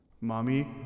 mommy